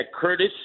Curtis